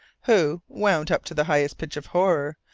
who, wound up to the highest pitch of horror,